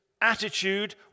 attitude